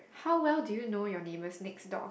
how well do you know your neighbours next door